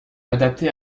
adaptés